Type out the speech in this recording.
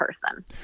person